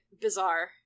bizarre